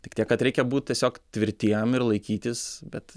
tik tiek kad reikia būt tiesiog tvirtiem ir laikytis bet